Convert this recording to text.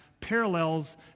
parallels